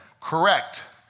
Correct